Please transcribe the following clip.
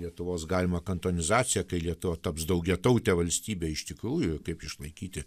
lietuvos galimą kantonizaciją kai lietuva taps daugiatautė valstybė iš tikrųjų kaip išlaikyti